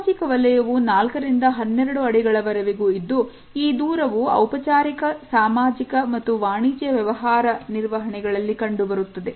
ಸಾಮಾಜಿಕ ವಲಯವು ನಾಲ್ಕರಿಂದ 12 ಅಡಿಗಳ ವರೆಗೂ ಇದ್ದು ಈ ದೂರವೂ ಔಪಚಾರಿಕ ಸಾಮಾಜಿಕ ಮತ್ತು ವಾಣಿಜ್ಯ ವ್ಯವಹಾರ ನಿರ್ವಹಣೆಗಳಲ್ಲಿ ಕಂಡುಬರುತ್ತದೆ